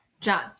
John